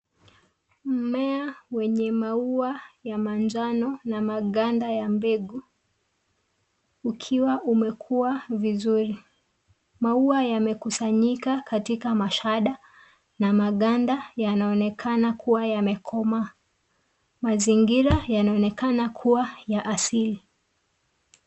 Mmea wenye maua ya manjano na maganda ya mbegu ukiwa umekua vizuri. Maua yamekusanyika katika mashada na maganda yanaonekana kuwa yamekomaa. Mazingira yanaonekana kuwa ya asili.